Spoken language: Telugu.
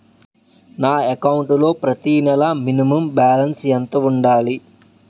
నా అకౌంట్ లో ప్రతి నెల మినిమం బాలన్స్ ఎంత ఉండాలి?